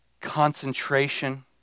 concentration